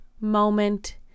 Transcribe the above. moment